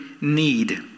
need